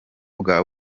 bwa